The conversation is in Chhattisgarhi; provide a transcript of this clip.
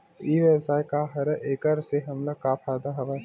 ई व्यवसाय का हरय एखर से हमला का फ़ायदा हवय?